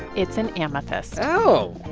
it's an amethyst oh,